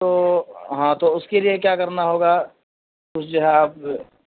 تو ہاں تو اس کے لیے کیا کرنا ہوگا کچھ جو ہے آپ